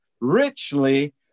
richly